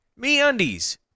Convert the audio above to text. MeUndies